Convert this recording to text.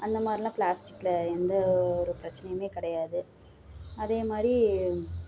அந்த மாதிரிலாம் பிளாஸ்டிகில் எந்த ஒரு பிரச்சினையும் கிடையாது அதே மாதிரி